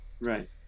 Right